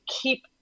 keep